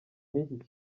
n’iki